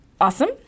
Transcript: awesome